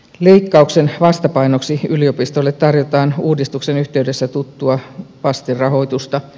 leikkauksen vastapainoksi yliopistoille tarjotaan uudistuksen yhteydestä tuttua vastinrahoitusta